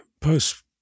post